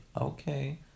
okay